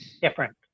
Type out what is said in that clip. different